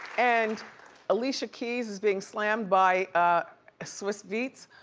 and alicia keys is being slammed by swizz beatz,